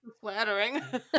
Flattering